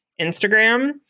Instagram